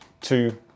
two